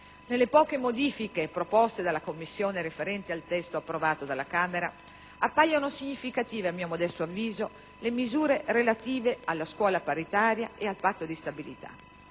Nelle poche modifiche proposte dalla Commissione referente al testo approvato dalla Camera dei deputati appaiono significative, a mio modesto avviso, le misure relative alle scuole paritarie e al Patto di stabilità.